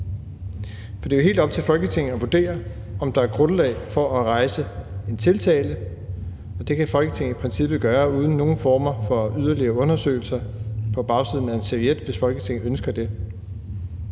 for det er jo helt op til Folketinget at vurdere, om der er grundlag for at rejse en tiltale. Det kan Folketinget i princippet gøre uden nogen former for yderligere undersøgelser på bagsiden af en serviet, hvis Folketinget ønsker det.